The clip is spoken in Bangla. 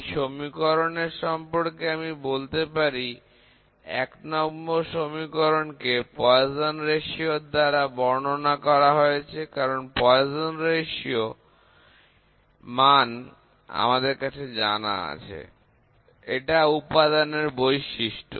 এই সমীকরণের সম্পর্কে আমি বলতে পারি এক নম্বর সমীকরণ কে Poisson অনুপাত এর দ্বারা বর্ণনা করা হয়েছে কারণ Poisson অনুপাতের মান আমাদের কাছে জানা আছে এটা উপাদানের বৈশিষ্ট্য